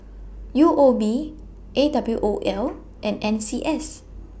U O B A W O L and N C S